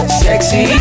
sexy